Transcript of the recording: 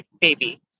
baby